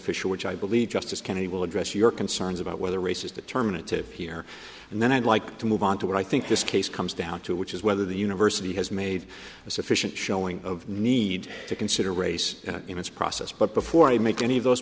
official which i believe justice kennedy will address your concerns about whether race is determinative here and then i'd like to move on to what i think this case comes down to which is whether the university has made a sufficient showing of need to consider race in its process but before i make any of those